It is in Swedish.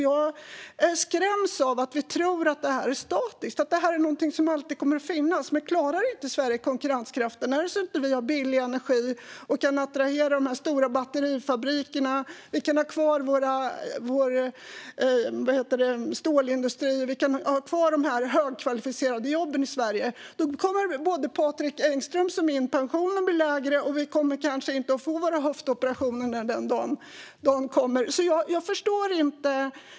Jag skräms av att vi tror att det är statiskt och någonting som alltid kommer att finnas. Men så är det inte om Sverige inte klarar konkurrenskraften, inte har billig energi och inte kan attrahera de stora batterifabrikerna. Det handlar om att vi kan ha kvar vår stålindustri och de högkvalificerade jobben i Sverige. Om vi inte kan det kommer både Patrik Engströms och min pension att bli lägre. Vi kommer kanske inte att få våra höftoperationer när den dagen kommer.